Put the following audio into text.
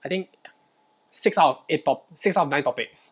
I think six out of eight top~ six out of nine topics